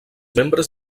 membres